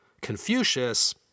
Confucius